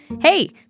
hey